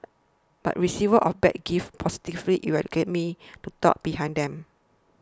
but receivers of bad gifts positively you are give me the thought behind them